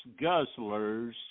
guzzlers